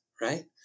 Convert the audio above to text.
right